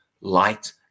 light